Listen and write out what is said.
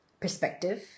perspective